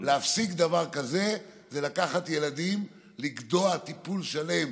להפסיק דבר כזה זה לקחת ילדים, לגדוע טיפול שלם